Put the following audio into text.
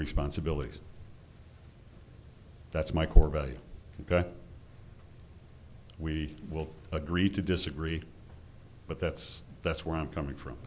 responsibilities that's my core value we will agree to disagree but that's that's where i'm coming from